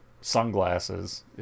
sunglasses